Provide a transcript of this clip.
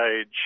age